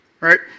Right